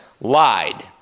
lied